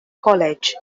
college